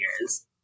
years